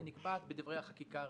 היא נקבעת בדברי החקיקה הרלוונטיים,